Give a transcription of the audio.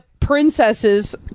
princesses